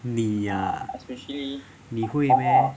你啊你会 meh